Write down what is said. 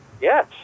Yes